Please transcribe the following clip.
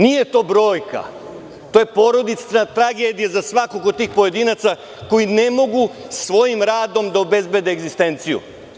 Nije to brojka, to je porodična tragedija za svakog od tih pojedinaca koji ne mogu svojim radom da obezbede egzistenciju.